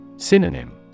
Synonym